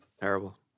Terrible